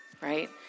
right